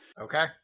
okay